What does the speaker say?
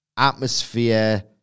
Atmosphere